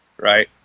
right